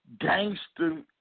gangster